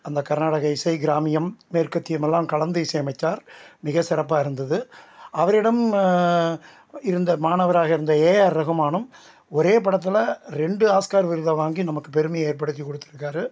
அந்த கர்நாடக இசை கிராமியம் மேற்கத்தியமெல்லாம் கலந்து இசையமைத்தார் மிக சிறப்பாக இருந்தது அவரிடம் இருந்த மாணவராக இருந்த ஏஆர் ரகுமானும் ஒரே படத்தில் ரெண்டு ஆஸ்கார் விருதை வாங்கி நமக்கு பெருமையை ஏற்படுத்திக் கொடுத்துருக்காரு